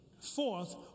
forth